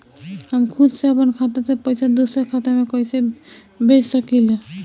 हम खुद से अपना खाता से पइसा दूसरा खाता में कइसे भेज सकी ले?